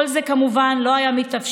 כל זה כמובן לא היה מתאפשר